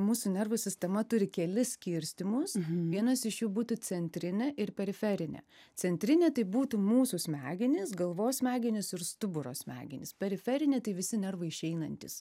mūsų nervų sistema turi kelis skirstymus vienas iš jų būtų centrinė ir periferinė centrinė tai būtų mūsų smegenys galvos smegenys ir stuburo smegenys periferinė tai visi nervai išeinantys